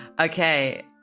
Okay